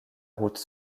route